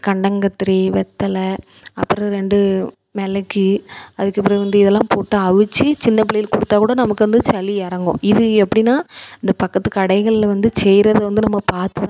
அப்புறம் கண்டங்கத்திரி வெத்தலை அப்புறம் ரெண்டு மிளகு அதுக்குப்பிறகு வந்து இதெல்லாம் போட்டு அவிச்சி சின்ன பிள்ளைளுக்கு கொடுத்தா கூட நமக்கு வந்து சளி இறங்கும் இது எப்படின்னா இந்த பக்கத்து கடைகளில் வந்து செய்கிறது வந்து நம்ம பார்த்துதான்